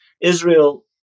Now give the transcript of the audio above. Israel